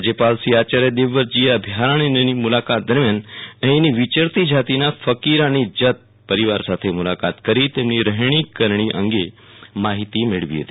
રાજ્યપાલશ્રી આયાર્ય દેવવ્રતજીએ અભ્યારણ્યની મુલાકાત દરમિયાન અહીંનીવિયરતી જાતિના ફકીરાનીજત પરિવારેસાથે મુલાકાત કરી તેમની રહેણીકરણી અંગે માહિતી મેળવી હતી